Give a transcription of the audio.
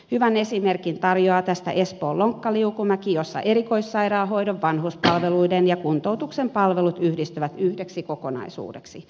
hyvän esimerkin tästä tarjoaa espoon lonkkaliukumäki jossa erikoissairaanhoidon vanhuspalveluiden ja kuntoutuksen palvelut yhdistyvät yhdeksi kokonaisuudeksi